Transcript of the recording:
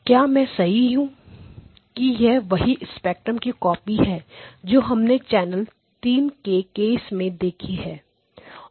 क्या मैं सही हूं कि यह वही स्पेक्ट्रम की कॉपी है जो हमने चैनल 3 के केस में देखी है